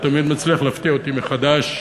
הוא תמיד מצליח להפתיע אותי מחדש.